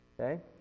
Okay